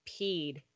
peed